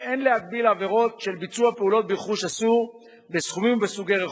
אין להגביל עבירות של ביצוע פעולות ברכוש אסור בסכומים ובסוגי רכוש.